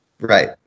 Right